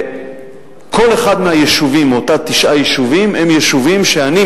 כל אחד מאותם תשעה יישובים הם יישובים שאני,